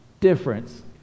difference